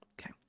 Okay